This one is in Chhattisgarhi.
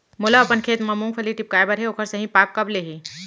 मोला अपन खेत म मूंगफली टिपकाय बर हे ओखर सही पाग कब ले हे?